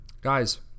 Guys